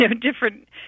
different